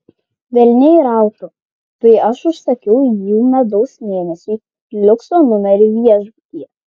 velniai rautų tai aš užsakiau jų medaus mėnesiui liukso numerį viešbutyje